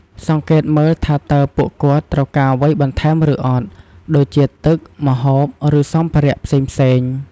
សង្កេតមើលថាតើពួកគាត់ត្រូវការអ្វីបន្ថែមឬអត់ ដូចជាទឹក ម្ហូប ឬសម្ភារៈផ្សេងៗ។